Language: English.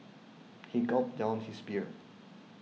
he gulped down his beer